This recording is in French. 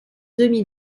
demi